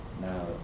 now